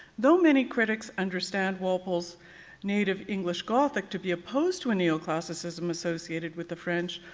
though many critics understand walpole's native english gothic to be opposed to a neoclassicism associated with the french,